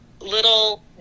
little